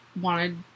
wanted